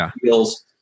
feels